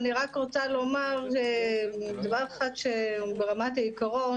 אני רק רוצה לומר דבר אחד שהוא ברמת העיקרון,